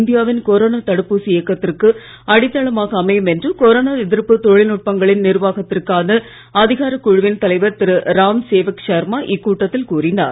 இந்தியாவின் கொரோனா தடுப்பூசி இயக்கத்திற்கு மிகப்பெரிய அடித்தளமாக அமையும் என்று கொரோனா எதிர்ப்பு தொழில்நுட்பங்களின் நிர்வாகத்திற்கான அதிகாரக் குழுவின் தலைவர் சேவக் சர்மா இக்கூட்டத்தில் கூறினார்